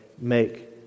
make